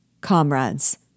Comrades